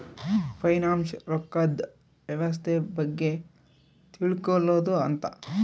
finance ರೊಕ್ಕದ್ ವ್ಯವಸ್ತೆ ಬಗ್ಗೆ ತಿಳ್ಕೊಳೋದು ಅಂತ